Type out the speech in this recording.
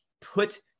put